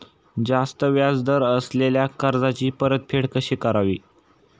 जास्त व्याज दर असलेल्या कर्जाची परतफेड कशी करावी?